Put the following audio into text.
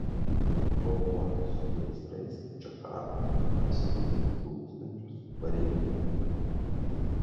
kovoti su gaisrais džakarta pasiuntė tūkstančius pareigūnų